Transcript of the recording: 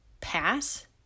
pass